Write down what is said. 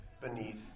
beneath